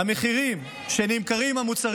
המחירים שבהם נמכרים המוצרים